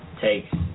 take